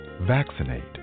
Vaccinate